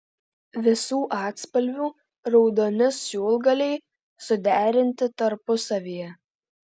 visų atspalvių raudoni siūlgaliai suderinti tarpusavyje